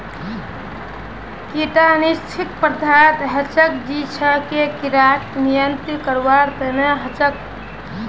कीटनाशक पदार्थ हछेक जो कि किड़ाक नियंत्रित करवार तना हछेक